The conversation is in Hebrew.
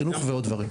חינוך ועוד דברים.